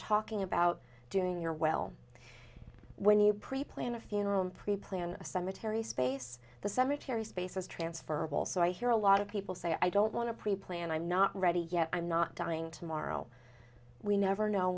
talking about doing your well when you preplan a funeral preplan a cemetery space the cemetery space is transferable so i hear a lot of people say i don't want to preplan i'm not ready yet i'm not dying tomorrow we never know